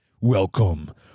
Welcome